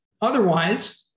otherwise